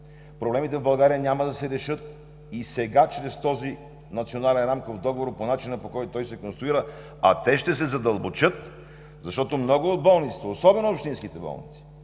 Проблемите в България няма да се решат и сега чрез този Национален рамков договор с начина, по който той се конструира, а те ще се задълбочат. Много от болниците, особено общинските, не